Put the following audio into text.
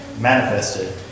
manifested